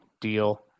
deal